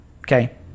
Okay